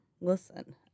Listen